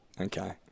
Okay